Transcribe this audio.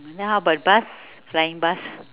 how about bus flying bus